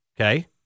Okay